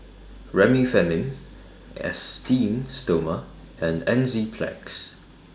Remifemin Esteem Stoma and Enzyplex